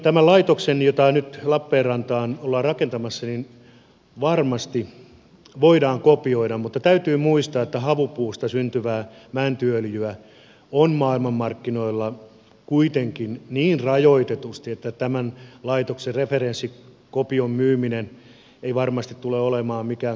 tämä laitos jota nyt lappeenrantaan ollaan rakentamassa varmasti voidaan kopioida mutta täytyy muistaa että havupuusta syntyvää mäntyöljyä on maailmanmarkkinoilla kuitenkin niin rajoitetusti että tämän laitoksen referenssikopion myyminen ei varmasti tule olemaan mikään kauaskantoinen bisnes